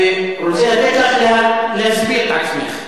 ורוצה לתת לך להסביר את עצמך.